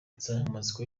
insanganyamatsiko